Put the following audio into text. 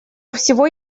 всего